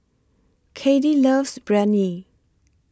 Cathie loves Biryani